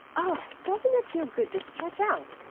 oh, doesn't it feel good to stretch out,